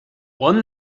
one